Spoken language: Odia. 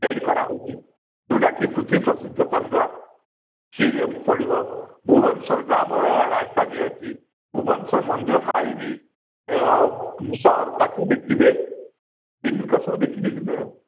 ତିଆରି କରାହଉଛି ଯୋଉଟାକି ପ୍ଢଥିବୀ ପ୍ରସିଦ୍ଧ ଚାନ୍ଦୁଆ ସେ ଯୋଉ ପଡ଼ିବ ଭୁବନେଶ୍ୱରରେ ଆମର ରାଜଧାନୀ ଅଛି ଭୁବେନେଶ୍ଵର ମନ୍ଦିର ମାଳିନୀ ସହର ତାକୁ ଦେଖିବେ ଏମିତିକା ସବୁ ଦେଖିକି ଯିବେ ଆଉ